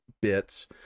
bits